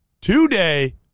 today